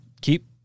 keep